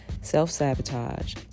self-sabotage